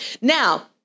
Now